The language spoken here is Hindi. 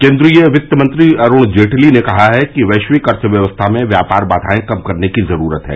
केन्द्रीय वित्तमंत्री अरूण जेटली ने कहा है कि वैश्विक अर्थ व्यवस्था में व्यापार बाघाएं कम करने की जरूरत है